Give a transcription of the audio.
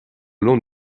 long